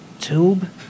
tube